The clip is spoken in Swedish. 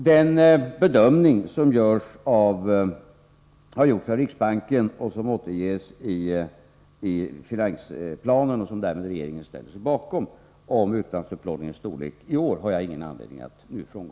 Den bedömning som har gjorts av riksbanken, som återges i finansplanen och som regeringen därmed ställer sig bakom, rörande utlandsupplåningens storlek i år, har jag ingen anledning att frångå.